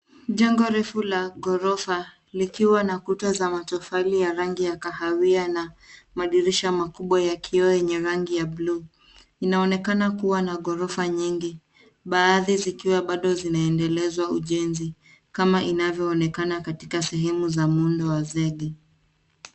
Jengo refu la ghorofa likiwa na kuta za matofali ya rangi ya kahawia na madirisha makubwa ya kioo yenye rangi ya bluu. Inaonekana kuwa na ghorofa nyingi, baadhi zikiwa bado zinaendelezwa ujenzi kama inavyoonekana katika sehemu za muundo wa zege.